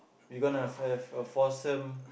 we gonna have a foursome